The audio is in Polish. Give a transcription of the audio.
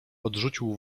odrzucił